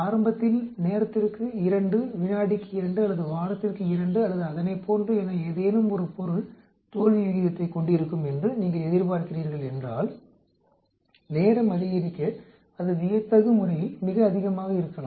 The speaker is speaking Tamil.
ஆரம்பத்தில் நேரத்திற்கு 2 வினாடிக்கு 2 அல்லது வாரத்திற்கு 2 அல்லது அதனைப்போன்று என ஏதேனும் ஒரு பொருள் தோல்வி விகிதத்தைக் கொண்டிருக்கும் என்று நீங்கள் எதிர்பார்க்கிறீர்கள் என்றால் நேரம் அதிகரிக்க அது வியத்தகு முறையில் மிக அதிகமாக இருக்கலாம்